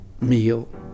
meal